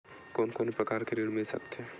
कोन कोन प्रकार के ऋण मिल सकथे?